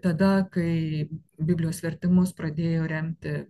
tada kai biblijos vertimus pradėjo remti